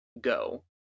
go